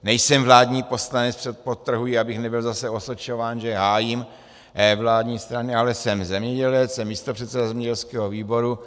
Nejsem vládní poslanec, to podtrhuji, abych nebyl zase osočován, že hájím vládní strany, ale jsem zemědělec, jsem místopředseda zemědělského výboru.